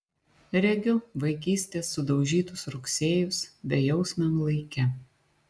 regiu vaikystės sudaužytus rugsėjus bejausmiam laike